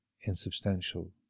insubstantial